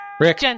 Rick